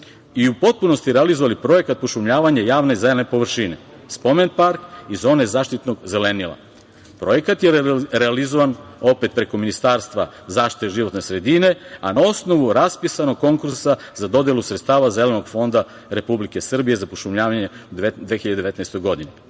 i u potpunosti realizovali projekat „Pošumljavanje javne zelene površine – Spomen park i zone zaštitnog zelenila“. Projekat je realizovan opet preko Ministarstva zaštite životne sredine, a na osnovu raspisanog konkursa za dodelu sredstva Zelenog fonda Republike Srbije za pošumljavanje u 2019. godini. Naravno